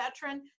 veteran